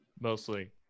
Mostly